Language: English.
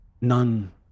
none